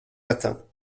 matins